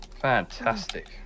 Fantastic